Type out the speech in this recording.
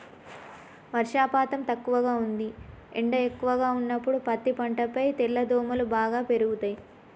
వర్షపాతం తక్కువగా ఉంది ఎండ ఎక్కువగా ఉన్నప్పుడు పత్తి పంటపై తెల్లదోమలు బాగా పెరుగుతయి